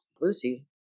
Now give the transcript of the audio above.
Lucy